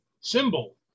symbol